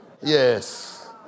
Yes